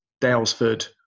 Dalesford